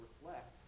reflect